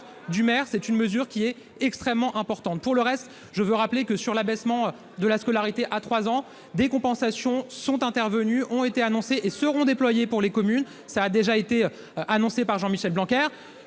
du maire, c'est une mesure qui est extrêmement importante pour le reste, je veux rappeler que sur l'abaissement de la scolarité à 3 ans des compensations sont intervenus ont été annoncées et seront déployés pour les communes, ça a déjà été annoncée par Jean-Michel Blanquer,